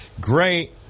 great